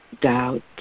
doubt